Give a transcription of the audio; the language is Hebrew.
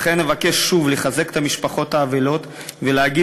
לכן אבקש שוב לחזק את המשפחות האבלות ולהגיד